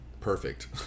perfect